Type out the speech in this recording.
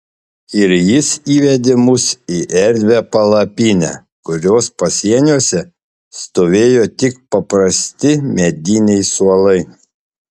ir jis įvedė mus į erdvią palapinę kurios pasieniuose stovėjo tik paprasti mediniai suolai